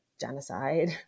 genocide